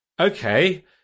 okay